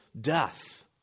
death